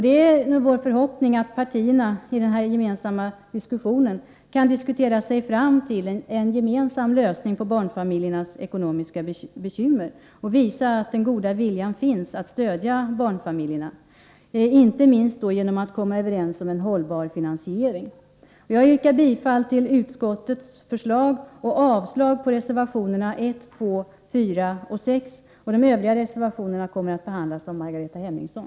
Det är vår förhoppning att partierna i den gemensamma överläggningen kan diskutera sig fram till en lösning på barnfamiljernas ekonomiska bekymmer och visa att den goda viljan finns att stödja barnfamiljerna, inte minst genom att komma överens om en hållbar finansiering. Jag yrkar bifall till utskottets förslag och avslag på reservationerna 1, 2, 4 och 6. De övriga reservationerna kommer att tas upp av Margareta Hemmingsson.